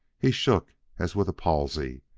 he shook as with a palsy,